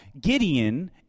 Gideon